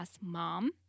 mom